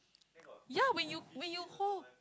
ya when you when you hold